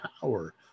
power